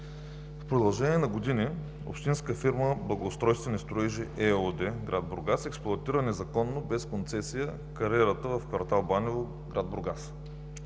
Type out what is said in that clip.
в продължение на години общинска фирма „Благоустройствени строежи“ ЕООД – град Бургас, експлоатира незаконно без концесия кариерата в кв. „Банево“, град Бургас.